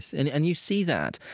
and and you see that.